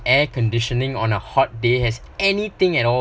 air conditioning on the hot day has anything at all